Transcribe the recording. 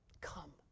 Come